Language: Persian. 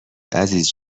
عزیز